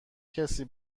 کسی